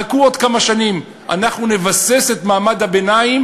חכו עוד כמה שנים, אנחנו נבסס את מעמד הביניים,